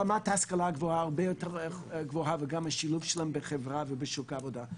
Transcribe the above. רמת ההשכלה הרבה יותר גבוהה וגם השילוב שלהם בחברה ובשוק העבודה.